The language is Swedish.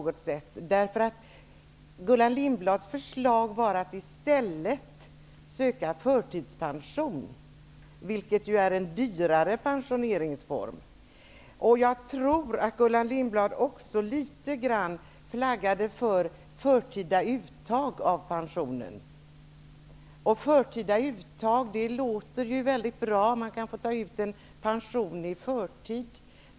Gullan Lindblads förslag var att människor i stället skulle söka förtidspension, vilket ju är en dyrare pensioneringsform. Jag tror att Gullan Lindblad också litet grand flaggade för förtida uttag av pensionen. Förtida uttag låter mycket bra. Man kan få ta ut en pension i förtid.